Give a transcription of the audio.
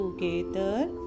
together